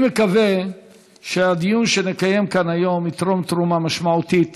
אני מקווה שהדיון שנקיים כאן היום יתרום תרומה משמעותית